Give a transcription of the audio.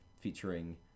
featuring